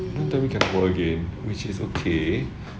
don't tell me cannot go again which is okay